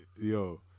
Yo